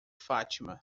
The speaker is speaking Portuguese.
fatima